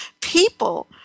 people